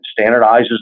standardizes